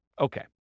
Okay